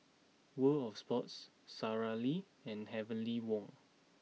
World Of Sports Sara Lee and Heavenly Wang